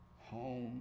home